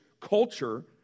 culture